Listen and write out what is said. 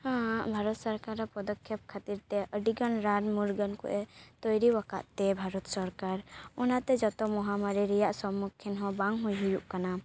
ᱵᱷᱟᱨᱚᱛ ᱥᱚᱨᱠᱟᱨᱟᱜ ᱯᱚᱫᱚᱠᱷᱮᱯ ᱠᱷᱟᱹᱛᱤᱨ ᱛᱮ ᱟᱹᱰᱤ ᱜᱟᱱ ᱨᱟᱱ ᱢᱩᱨᱜᱟᱹᱱ ᱠᱚᱭ ᱛᱳᱭᱨᱤ ᱟᱠᱟᱫ ᱛᱮ ᱵᱷᱟᱨᱚᱛ ᱥᱚᱨᱠᱟᱨ ᱚᱱᱟ ᱛᱮ ᱡᱚᱛᱚ ᱢᱚᱦᱟᱢᱟᱹᱨᱤ ᱨᱮᱭᱟᱜ ᱥᱚᱢᱩᱠᱷᱤᱱ ᱦᱚᱸ ᱵᱟᱝ ᱦᱩᱭ ᱦᱩᱭᱩᱜ ᱠᱟᱱᱟ